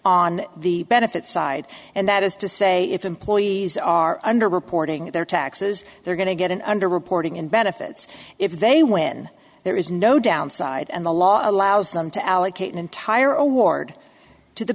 on the benefits side and that is to say if employees are under reporting their taxes they're going to get an under reporting in benefits if they win there is no downside and the law allows them to allocate an entire award to the